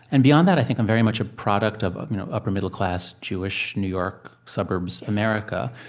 and beyond that, i think i'm very much a product of of you know upper-middle-class, jewish-new-york-suburbs america.